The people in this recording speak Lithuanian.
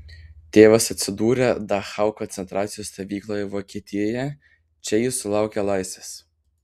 tėvas atsidūrė dachau koncentracijos stovykloje vokietijoje čia jis sulaukė laisvės